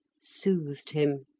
soothed him.